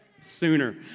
sooner